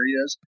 areas